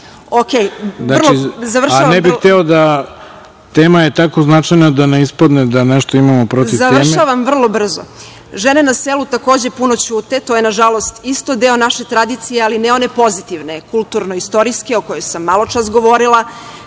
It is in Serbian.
završavam vrlo brzo. Žene na selu takođe puno ćute, to je nažalost isto deo naše tradicije, ali ne pozitivne, kulturne, istorijske, o kojoj sam maločas govorila,